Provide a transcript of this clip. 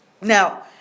Now